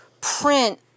print